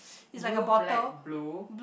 blue black blue